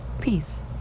peace